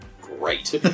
great